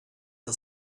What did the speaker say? the